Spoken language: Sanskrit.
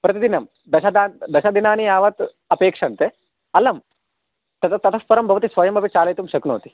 प्रतिदिनं दशदा दशदिनानि यावत् अपेक्षन्ते अलं ततः परं परं भवति स्वयमपि चालयितुं शक्नोति